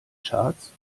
charts